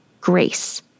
grace